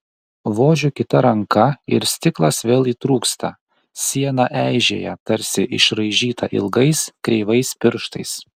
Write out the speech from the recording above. vožiu kita ranka ir stiklas vėl įtrūksta siena eižėja tarsi išraižyta ilgais kreivais pirštais